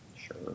Sure